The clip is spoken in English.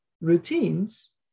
routines